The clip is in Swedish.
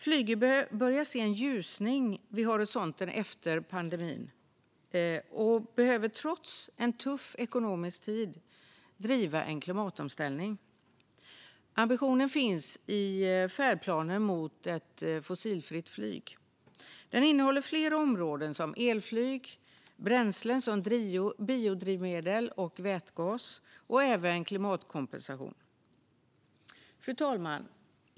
Flyget börjar se en ljusning vid horisonten efter pandemin och behöver trots en tuff ekonomisk tid driva en klimatomställning. Ambitionen finns i färdplanen mot ett fossilfritt flyg. Den innehåller flera områden som elflyg, bränslen som biodrivmedel och vätgas och även klimatkompensation. Fru talman!